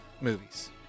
movies